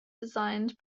designed